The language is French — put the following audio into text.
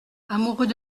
amoureux